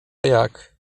jak